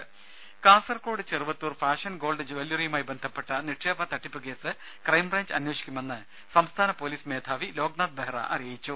രുര Kasaragod Cheruvathur fashion gold ജൂവലറിയുമായി ബന്ധപ്പെട്ട നിക്ഷേപത്തട്ടിപ്പ് കേസ് ക്രൈംബ്രാഞ്ച് അന്വേഷിക്കുമെന്ന് സംസ്ഥാന പോലീസ് മേധാവി ലോക്നാഥ് ബെഹ്റ അറിയിച്ചു